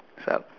sup